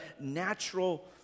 natural